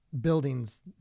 buildings